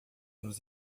nos